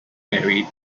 married